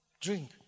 drink